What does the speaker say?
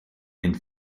and